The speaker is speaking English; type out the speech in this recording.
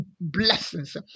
blessings